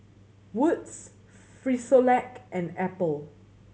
Wood's Frisolac and Apple